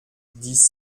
dix